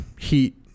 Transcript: Heat